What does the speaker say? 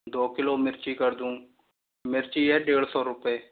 दो किलो मिर्ची कर दूँ मिर्ची है डेढ़ सौ रुपए